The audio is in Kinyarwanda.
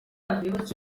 iki